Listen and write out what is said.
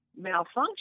malfunction